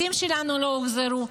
החטופים שלנו לא הוחזרו,